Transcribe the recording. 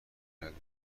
کردیم